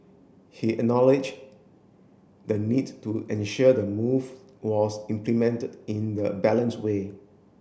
he acknowledge the need to ensure the move was implemented in the balance way